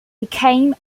became